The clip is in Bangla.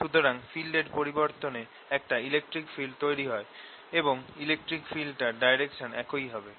সুতরাং B এর পরিবর্তনে একটা ইলেকট্রিক ফিল্ড তৈরি হয় এবং ইলেকট্রিক ফিল্ডটার ডাইরেকশন একই হবে